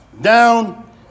down